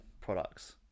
products